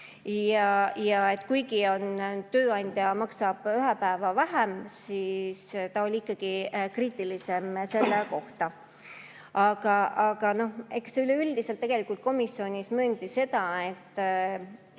varem. Kuigi tööandja maksab ühe päeva vähem, oli tema ikkagi kriitilisem selle suhtes. Aga üleüldiselt tegelikult komisjonis mööndi seda, et